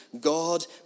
God